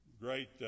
great